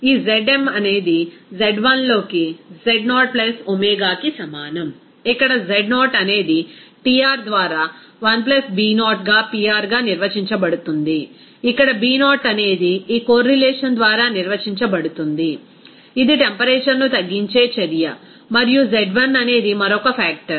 ఈ Zm అనేది Z1లోకి Z0 ఒమేగాకి సమానం ఇక్కడ Z0 అనేది Tr ద్వారా 1 B0గా Prగా నిర్వచించబడుతుంది ఇక్కడ B0 అనేది ఈ కోర్రిలేషన్ ద్వారా నిర్వచించబడుతుంది ఇది టెంపరేచర్ ను తగ్గించే చర్య మరియు Z1 అనేది మరొక ఫాక్టర్